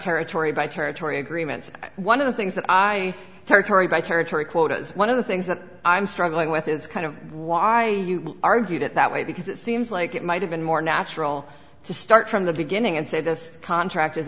territory by territory agreements one of the things that i territory by territory quotas one of the things that i'm struggling with is kind of why i argued it that way because it seems like it might have been more natural to start from the beginning and say this contract